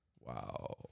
Wow